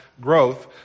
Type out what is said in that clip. growth